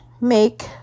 make